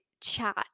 chat